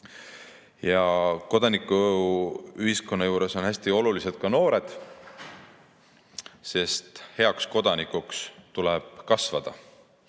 Kodanikuühiskonnas on hästi olulised ka noored, sest heaks kodanikuks tuleb kasvada.